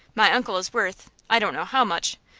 my uncle is worth i don't know how much,